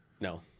no